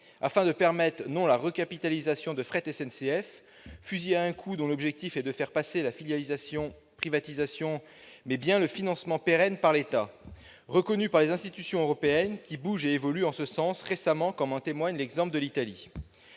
afin de permettre non pas la recapitalisation de Fret SNCF, fusil à un coup dont l'objectif est de faire passer la filialisation-privatisation, mais bien le financement pérenne par l'État. Les institutions européennes bougent et évoluent en ce sens, comme en témoigne l'exemple italien.